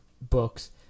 books